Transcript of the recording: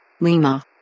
Lima